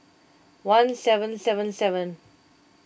one seven seven seven